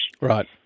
Right